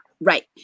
Right